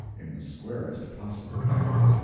in the squarest possible manner.